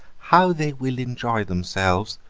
how they will enjoy themselves!